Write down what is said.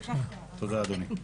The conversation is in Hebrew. תודה, אדוני.